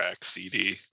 CD